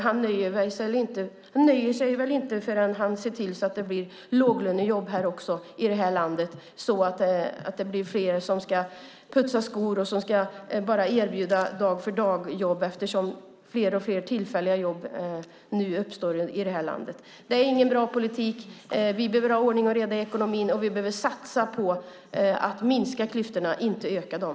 Han nöjer sig väl inte förrän han sett till att det blir låglönejobb även i det här landet så att fler putsar skor och bara erbjuds dag-för-dag-jobb, eftersom fler och fler tillfälliga jobb nu uppstår. Det är ingen bra politik. Vi behöver ha ordning och reda i ekonomin, och vi behöver satsa på att minska klyftorna, inte öka dem.